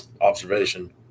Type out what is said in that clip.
observation